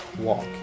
walk